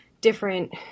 different